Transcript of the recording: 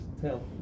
tell